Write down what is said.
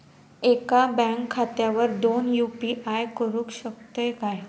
एका बँक खात्यावर दोन यू.पी.आय करुक शकतय काय?